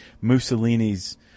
Mussolini's